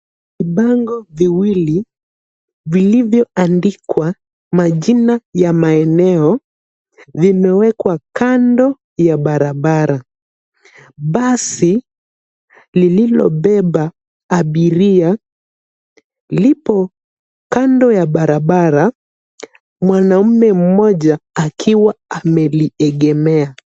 Bango viwili, vilivyoandikwa majina ya maeneo, vimewekwa kando ya barabara. Basi, lililobeba abiria, lipo kando ya barabara, mwanamume mmoja akiwa ameliegemea.